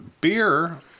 beer